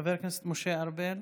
חבר הכנסת משה ארבל,